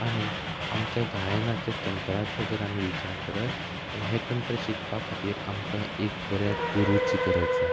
आनी आमच्या गायनाच्या तंत्राचो जर आमी विचार करत जाल्या हे तंत्र शिकपा खातीर आमकां एक बऱ्या गुरूची गरज जाय